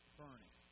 burning